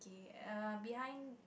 K err behind